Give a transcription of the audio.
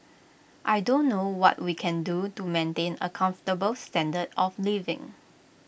I don't know what we can do to maintain A comfortable standard of living